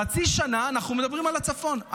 חצי שנה אנחנו מדברים על הצפון.